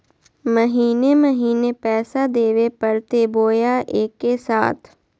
महीने महीने पैसा देवे परते बोया एके साथ?